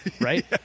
right